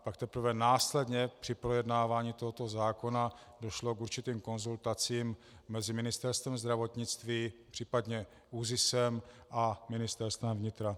Pak teprve následně při projednávání tohoto zákona došlo k určitým konzultacím mezi Ministerstvem zdravotnictví případně ÚZISem a Ministerstvem vnitra.